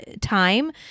time